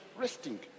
resting